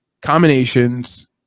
combinations